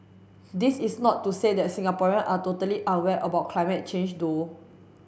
this is not to say that Singaporean are totally unaware about climate change though